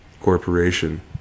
corporation